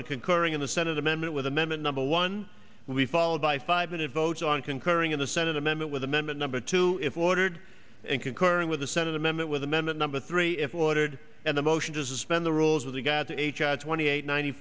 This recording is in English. on concurring in the senate amendment with amendment number one will be followed by five minute votes on concurring in the senate amendment with amendment number two if watered and concurrent with the senate amendment with amendment number three if watered and the motion to suspend the rules of the guys in h r twenty eight ninety